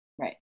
Right